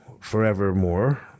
forevermore